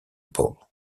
ball